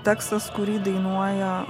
tekstas kurį dainuoja